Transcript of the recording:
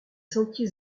sentiers